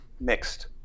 mixed